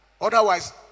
Otherwise